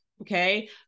Okay